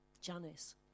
Janice